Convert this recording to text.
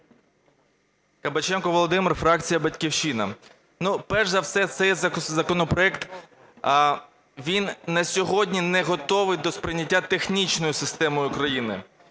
Кабаченко Володимир, фракція "Батьківщина". Перш за все цей законопроект, він на сьогодні не готовий до сприйняття технічною системою країни.